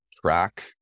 track